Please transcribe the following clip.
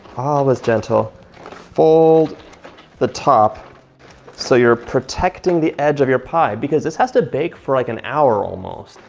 all is gentle fold the top so you're protecting the edge of your pie, because this has to bake for like an hour almost.